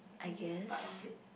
is it part of it